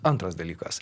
antras dalykas